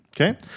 Okay